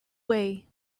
way